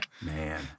Man